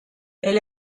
elle